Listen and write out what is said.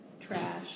trash